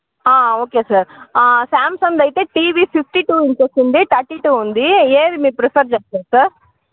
okay sir Samsung అయితే TV fifty two inches ఉంది thirty two ఉంది ఏది మీరు ప్రిఫర్ చేస్తారు సార్